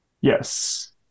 Yes